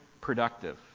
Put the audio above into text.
productive